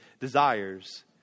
desires